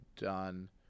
done